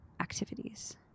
activities